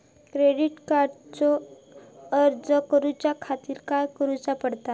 Credit कार्डचो अर्ज करुच्या खातीर काय करूचा पडता?